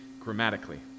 grammatically